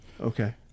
Okay